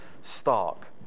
stark